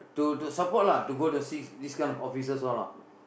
to to support lah to go to see this kind of officers all lah